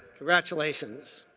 congratulations.